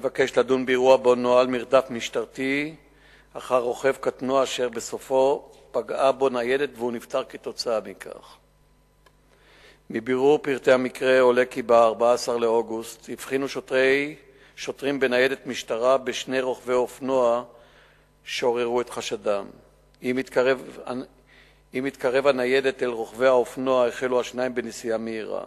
2. אם כן, האם נעשו הערכות